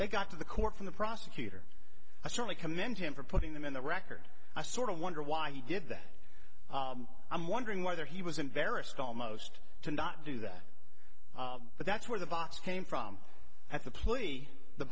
they got to the court from the prosecutor i certainly commend him for putting them in the record i sort of wonder why he did that i'm wondering whether he was embarrassed almost to not do that but that's where the box came from at the plea the